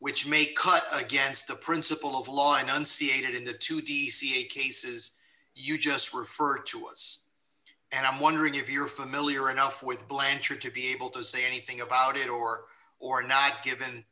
which may cut against the principle of law i don't see it in the two d ca cases you just refer to us and i'm wondering if you're familiar enough with blanchard to be able to say anything about it or or not given